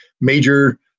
major